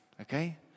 Okay